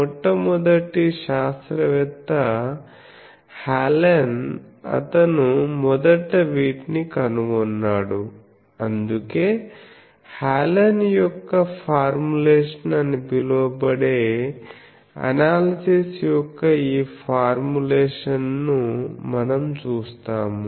మొట్టమొదటి శాస్త్రవేత్త హెలెన్ అతను మొదట వీటిని కనుగొన్నాడు అందుకే హెలెన్ యొక్క ఫార్ములేషన్ అని పిలువబడే అనాలసిస్ యొక్క ఈ ఫార్ములేషన్ను మనం చూస్తాము